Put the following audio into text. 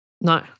No